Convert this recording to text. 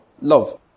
Love